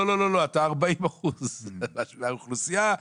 אתה 40% מהאוכלוסייה",